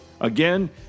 Again